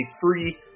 free